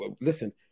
listen